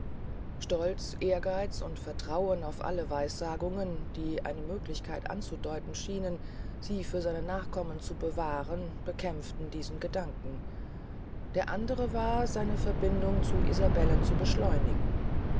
stolz ehrgeiz und vertrauen auf alle weissagungen die eine möglichkeit anzudeuten schienen sie für seine nachkommen zu bewahren bekämpften diesen gedanken der andre war seine verbindung mit isabellen zu beschleunigen